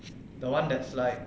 the one that's like